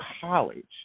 college